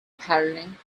patterning